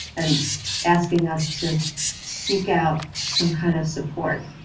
and asking us to seek out some kind of support.